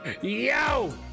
Yo